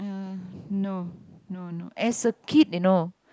mm no no no as a kid you know